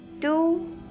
two